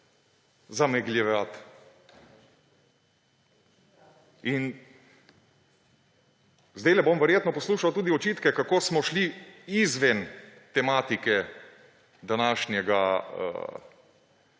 zamegljevati. In zdajle bom verjetno tudi poslušal očitke, kako smo šli izven tematike današnje